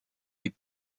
des